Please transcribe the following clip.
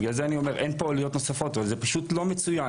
אין פה עלויות נוספות אבל זה לא מצוין,